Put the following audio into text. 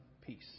peace